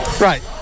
Right